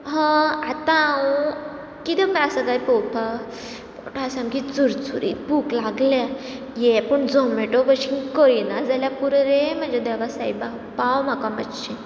आ आतां हांव किदें आसा पोवपाक पोटा सामकी चुरचुरीत भूक लागल्या हे पूण झोमेटो भशेन करिना जाल्यार पुरो रे म्हज्या देवा देवा सायबा पाव म्हाका मातशें